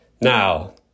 Now